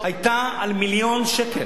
היתה על מיליון שקל,